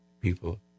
people